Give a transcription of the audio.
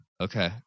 Okay